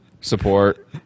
support